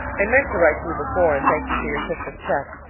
i meant to write to you before and thank you for your christmas cheque,